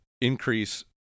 Increase